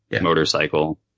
motorcycle